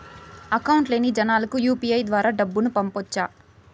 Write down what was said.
Account లేని జనాలకు UPI ద్వారా డబ్బును పంపొచ్చా?